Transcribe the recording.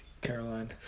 Caroline